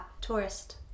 tourist